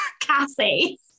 Cassie